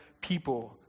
people